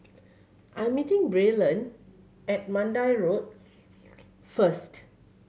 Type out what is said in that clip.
I'm meeting Braylon at Mandai Road first